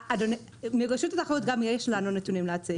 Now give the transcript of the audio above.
אדוני, מרשות התחרות, גם לנו יש נתונים להציג.